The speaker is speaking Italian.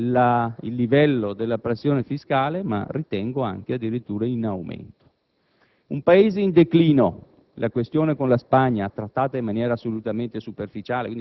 il 2008 vedrà costante il livello della pressione fiscale, anzi ritengo addirittura in aumento. Un Paese in declino;